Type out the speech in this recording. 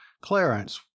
Clarence